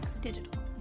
digital